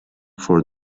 for